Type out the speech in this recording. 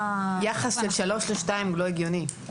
יחס של שלוש לשתיים הוא לא הגיוני.